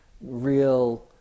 real